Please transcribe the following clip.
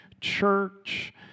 church